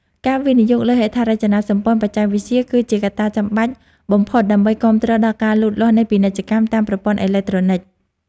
ការវិនិយោគលើហេដ្ឋារចនាសម្ព័ន្ធបច្ចេកវិទ្យា គឺជាកត្តាចាំបាច់បំផុតដើម្បីគាំទ្រដល់ការលូតលាស់នៃពាណិជ្ជកម្មតាមប្រព័ន្ធអេឡិចត្រូនិក។